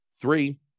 three